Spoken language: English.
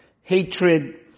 hatred